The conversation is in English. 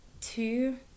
two